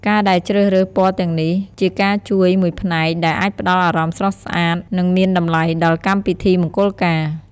ការដែលជ្រើសរើសពណ៌ទាំងនេះ ជាការជួយមួយផ្នែកដែលអាចផ្តល់អារម្មណ៍ស្រស់ស្អាត និងមានតម្លៃដល់កម្មពិធីមង្គុលការ។